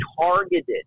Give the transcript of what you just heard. targeted